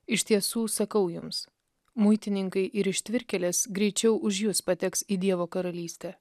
iš tiesų sakau jums muitininkai ir ištvirkėlės greičiau už jus pateks į dievo karalystę